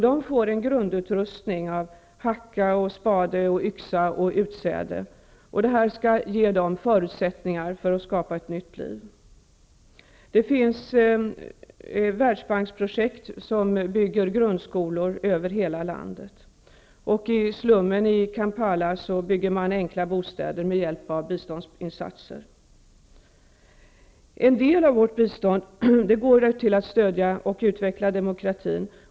De får en grundutrustning av hacka, spade, yxa och utsäde. Det skall ge dem förutsättningar att skapa sig ett nytt liv. Världsbanksprojekt i Uganda syftar till att bygga grundskolor över hela landet. I slummen i Kampala bygger man enkla bostäder med hjälp av biståndsinsatser. En del av vårt bistånd går till att stödja och utveckla demokratin.